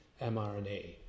mRNA